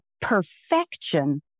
perfection